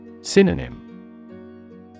Synonym